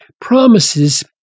promises